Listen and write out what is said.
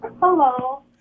Hello